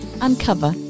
uncover